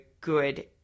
good